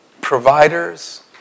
providers